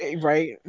Right